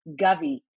Gavi